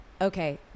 Okay